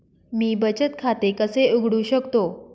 मी बचत खाते कसे उघडू शकतो?